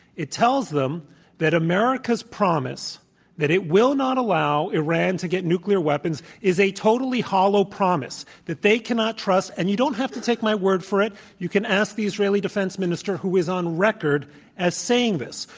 it tells them that america's promise that it will not allow iran to get nuclear weapons is a totally hollow promise that they cannot trust. and you don't have to take my word for it. you can ask the israeli defense minister who is on record as saying this.